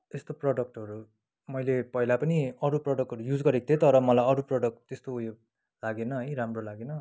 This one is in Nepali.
यस्तो प्रोडक्टहरू मैले पहिला पनि अरू प्रोडक्टहरू युज गरेको थिएँ तर मलाई अरू प्रोडक्ट त्यस्तो उयो लागेन है राम्रो लागेन